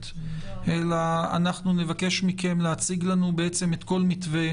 אלא אנחנו נבקש מכם להציג לנו את כל מתווה